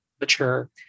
mature